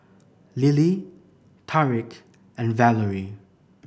Lillie Tariq and Valery